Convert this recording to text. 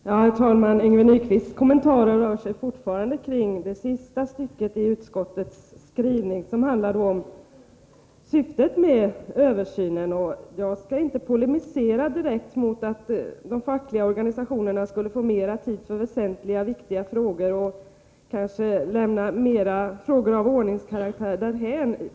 Herr talman! Yngve Nyquists kommentarer rör sig fortfarande kring det sista stycket i utskottets skrivning som handlar om syftet med översynen. Jag skall inte polemisera mot att de fackliga organisationerna skulle få mera tid för väsentliga frågor och kanske kunna lämna frågor av ordningskaraktär därhän.